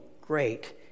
Great